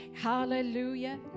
Hallelujah